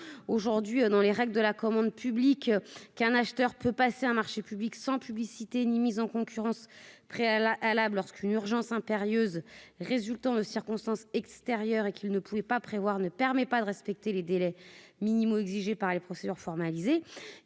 aujourd'hui dans les règles de la commande publique qu'un acheteur peut passer un marché public sans publicité. Ni mise en concurrence, près à la Hallab lorsqu'une urgence impérieuse résultant de circonstances extérieures et qu'il ne pouvait pas prévoir ne permet pas de respecter les délais minimaux exigés par les procédures formalisées.